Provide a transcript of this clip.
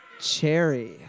Cherry